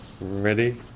ready